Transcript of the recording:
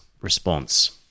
response